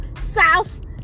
south